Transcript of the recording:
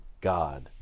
God